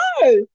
No